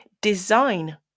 design